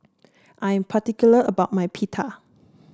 I am particular about my Pita